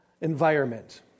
environment